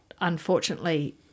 unfortunately